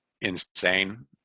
insane